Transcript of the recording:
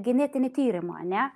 genetinį tyrimą ne